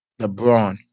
LeBron